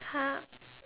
!huh!